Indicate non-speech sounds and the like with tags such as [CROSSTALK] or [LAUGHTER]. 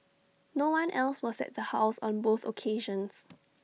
no one else was at the house on both occasions [NOISE]